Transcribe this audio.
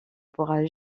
pourra